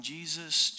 Jesus